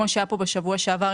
כמו שהיה פה בשבוע שעבר,